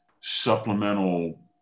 supplemental